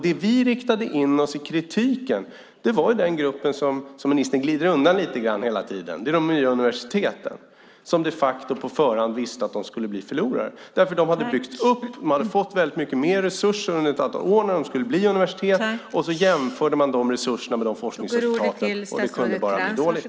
Det vi riktade in kritiken på var den grupp som ministern glider undan lite grann hela tiden, de nya universiteten. De visste de facto på förhand att de skulle bli förlorare därför att de hade fått väldigt mycket mer resurser det år de skulle bli universitet. Sedan jämförde man de resurserna med de forskningsresultat de uppnådde, och det kunde bara bli dåligt.